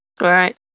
Right